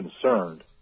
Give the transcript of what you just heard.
concerned